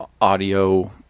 audio